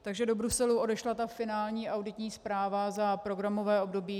Takže do Bruselu odešla ta finální auditní zpráva za programové období 2014 až 2020.